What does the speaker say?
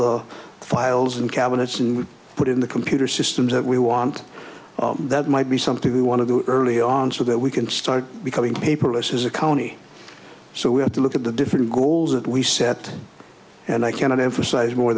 the files and cabinets and would put in the computer systems that we want that might be something we want to do early on so that we can start becoming paperless as a county so we have to look at the different goals that we set and i can emphasize more